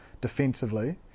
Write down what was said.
defensively